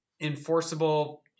enforceable